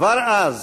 כבר אז